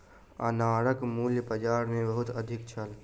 अनारक मूल्य बाजार मे बहुत अधिक छल